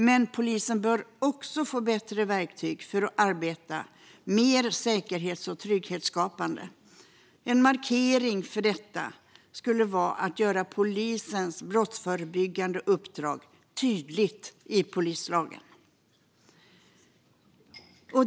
Men polisen bör också få bättre verktyg för att arbeta mer säkerhets och trygghetsskapande. En markering för detta skulle vara att göra polisens brottsförebyggande uppdrag tydligt i polislagen.